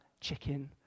chicken